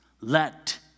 let